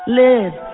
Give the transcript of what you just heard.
live